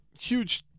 huge